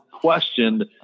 questioned